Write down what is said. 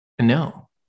No